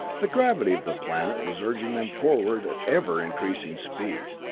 the gravity of the planet was urging them forward at ever increasing speed,